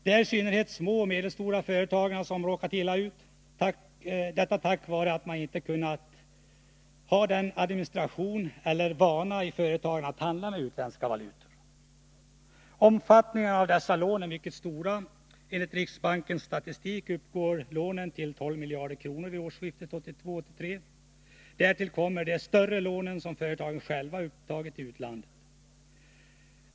Det är i synnerhet de små och medelstora företagen som har råkat illa ut, på grund av att de inte har haft vana vid eller haft administrativa resurser för att handla med utländska valutor. Omfattningen av de här aktuella lånen är mycket stor. Enligt riksbankens statistik uppgick lånen till 12 miljarder kronor vid årsskiftet 1982-1983. Därtill kommer de större lån som företagen själva upptagit i utlandet.